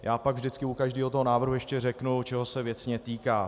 Já pak vždycky u každého návrhu ještě řeknu, čeho se věcně týká.